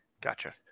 gotcha